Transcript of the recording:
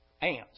ants